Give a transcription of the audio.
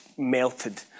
melted